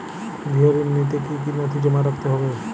গৃহ ঋণ নিতে কি কি নথি জমা রাখতে হবে?